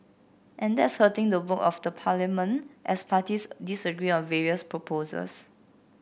and that's hurting the work of the parliament as parties disagree on various proposals